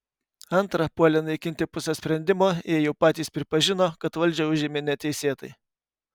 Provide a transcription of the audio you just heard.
antra puolę naikinti pusę sprendimo jie jau patys pripažino kad valdžią užėmė neteisėtai